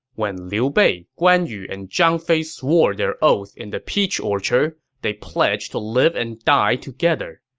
when liu bei, guan yu, and zhang fei swore their oath in the peach orchard, they pledged to live and die together.